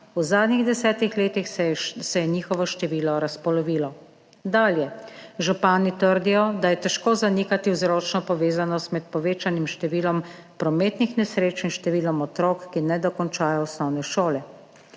v zadnjih desetih letih seje njihovo število razpolovilo. Dalje. Župani trdijo, da je težko zanikati vzročno povezanost med povečanim številom prometnih nesreč in številom otrok, ki ne dokončajo osnovne šole.